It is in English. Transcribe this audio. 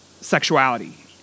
sexuality